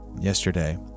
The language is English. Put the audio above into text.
yesterday